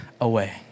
away